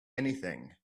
anything